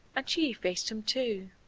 and she faced him too.